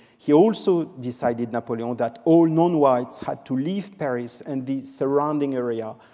he also decided napoleon that all nonwhites had to leave paris and the surrounding area,